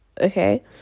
Okay